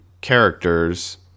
characters